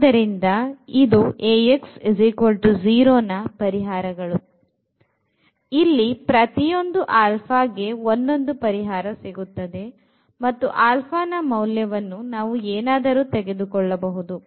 ಆದ್ದರಿಂದ ಇದು Ax0 ರ ಪರಿಹಾರಗಳು ಇಲ್ಲಿ ಪ್ರತಿಯೊಂದು α ಗೆ ಒಂದೊಂದು ಪರಿಹಾರ ಸಿಗುತ್ತದೆ ಮತ್ತು αನ ಮೌಲ್ಯವನ್ನು ನಾವು ಏನಾದರೂ ತೆಗೆದುಕೊಳ್ಳಬಹುದು